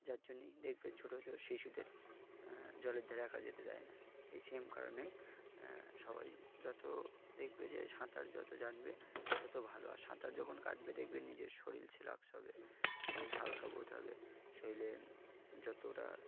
যার জন্যই দেখবে ছোট ছোট শিশুদের জলের ধারে একা যেতে দেয় না এই সেম কারণেই সবাই যত দেখবে যে সাঁতার যত জানবে তত ভালো আর সাঁতার যখন কাটবে দেখবে নিজের শরীর চিলাক্স হবে শরীর হালকা বোধ হবে শরীরে যতটা